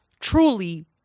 truly